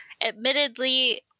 Admittedly